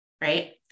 right